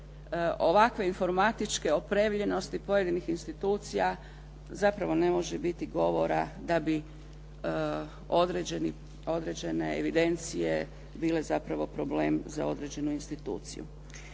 ovakve informatičke opremljenosti pojedinih institucija zapravo ne može biti govora da bi određene evidencije bile zapravo problem za određenu instituciju.